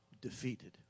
defeated